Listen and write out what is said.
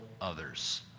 others